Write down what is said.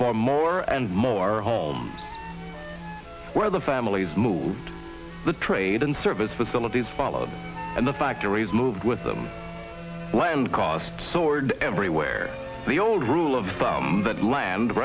for more and more homes where the families moved the trade and service facilities followed and the factories moved with them land costs soared everywhere the old rule of thumb that land